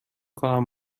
کنم